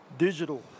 Digital